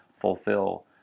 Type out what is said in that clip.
fulfill